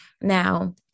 Now